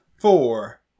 four